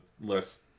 less